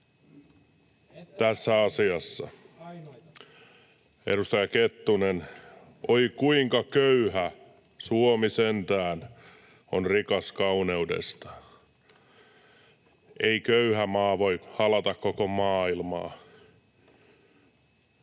ole ainoita!] Edustaja Kettunen: ”Oi kuinka köyhä Suomi sentään on rikas kauneudesta!” Ei köyhä maa voi halata koko maailmaa.